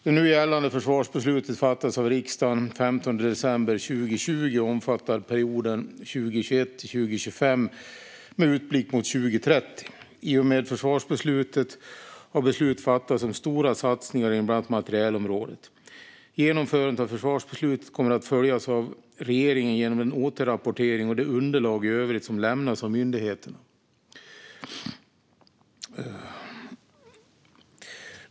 Det nu gällande försvarsbeslutet fattades av riksdagen den 15 december 2020 och omfattar perioden 2021-2025 med en utblick mot 2030. I och med försvarsbeslutet har beslut fattats om stora satsningar inom bland annat materielområdet. Genomförandet av försvarsbeslutet kommer att följas av regeringen genom den återrapportering och de underlag i övrigt som lämnas av myndigheterna.